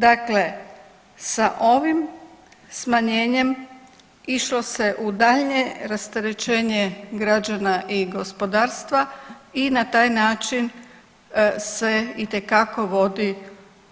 Dakle, sa ovim smanjenjem išlo se u daljnje rasterećenje građana i gospodarstva i na taj način se itekako vodi